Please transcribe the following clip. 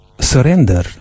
surrender